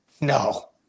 No